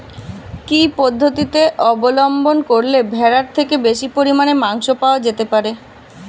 কি পদ্ধতিতে অবলম্বন করলে ভেড়ার থেকে বেশি পরিমাণে মাংস পাওয়া যেতে পারে?